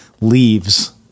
leaves